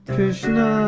Krishna